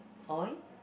oil